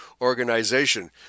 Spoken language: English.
organization